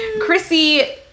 Chrissy